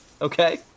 okay